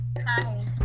Hi